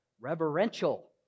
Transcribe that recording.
Reverential